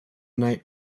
night